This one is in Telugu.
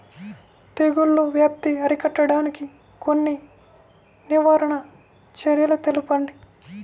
తెగుళ్ల వ్యాప్తి అరికట్టడానికి కొన్ని నివారణ చర్యలు తెలుపండి?